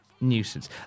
Nuisance